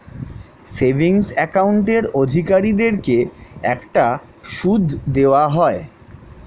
savings অ্যাকাউন্টের অধিকারীদেরকে একটা সুদ দেওয়া হয়